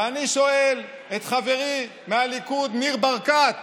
ואני שואל את חברי מהליכוד ניר ברקת: